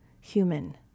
human